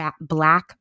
black